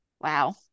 wow